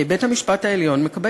בית-המשפט העליון מקבל